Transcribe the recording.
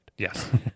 Yes